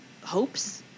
hopes